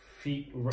Feet